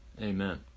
Amen